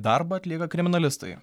darbą atlieka kriminalistai